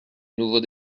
nouveau